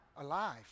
alive